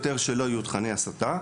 שלא יהיו הספרים האלה.